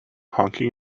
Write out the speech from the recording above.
honking